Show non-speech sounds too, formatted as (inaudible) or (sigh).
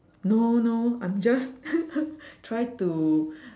no no I'm just (noise) try to